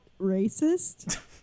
racist